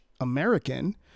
American